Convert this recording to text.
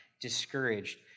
discouraged